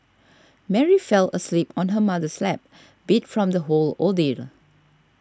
Mary fell asleep on her mother's lap beat from the whole ordeal